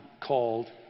called